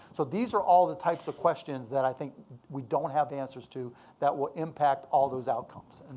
so these are all the types of questions that i think we don't have the answers to that will impact all those outcomes. and